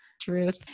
Truth